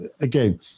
again